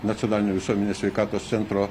nacionalinio visuomenės sveikatos centro